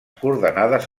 coordenades